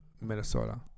Minnesota